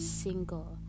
single